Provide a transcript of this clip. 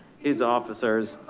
his officers,